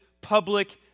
public